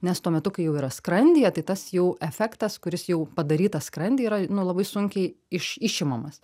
nes tuo metu kai jau yra skrandyje tai tas jau efektas kuris jau padarytas skrandy yra nu labai sunkiai iš išimamas